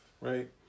right